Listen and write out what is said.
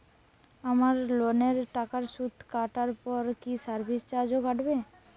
আমার লোনের টাকার সুদ কাটারপর কি সার্ভিস চার্জও কাটবে?